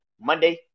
Monday